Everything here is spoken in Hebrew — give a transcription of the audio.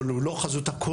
אבל הוא לא חזות הכול,